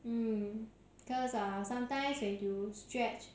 mm cause sometimes when you stretch